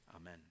Amen